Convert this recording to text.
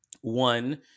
one